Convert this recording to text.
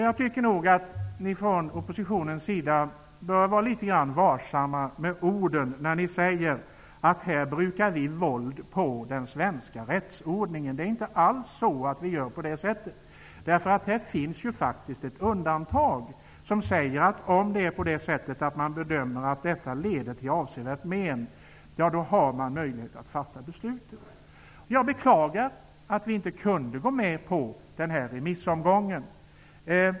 Jag tycker nog att oppositionen bör vara litet varsam med orden. Man säger att vi här brukar våld på den svenska rättsordningen. Det gör vi inte alls. Det finns nämligen ett undantag, som säger att det finns en möjlighet att fatta beslutet, om man bedömer att det leder till avsevärda men att skjuta upp det. Jag beklagar att vi inte kunde gå med på den här remissomgången.